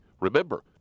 Remember